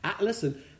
Listen